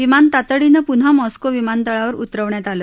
विमान तातडीनं पुन्हा मास्को विमानतळावर उतरवण्यात आलं